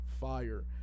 Fire